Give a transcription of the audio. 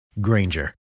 Granger